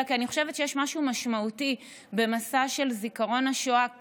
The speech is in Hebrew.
אלא כי אני חושבת שיש משהו משמעותי במסע של זיכרון השואה כאן,